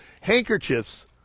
Handkerchiefs